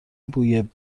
بوی